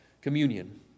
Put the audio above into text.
communion